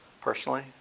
personally